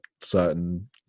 certain